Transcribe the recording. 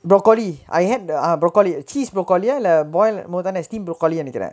broccoli I had ah broccoli cheese brocoli யா இல்ல:yaa illa boil more than I steamed broccoli னு நெனைக்குர:nu nenaikkurae